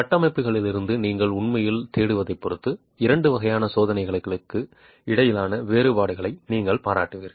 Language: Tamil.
கட்டமைப்பிலிருந்து நீங்கள் உண்மையில் தேடுவதைப் பொறுத்து இரண்டு வகையான சோதனைகளுக்கும் இடையிலான வேறுபாடுகளை நீங்கள் பாராட்டுவீர்கள்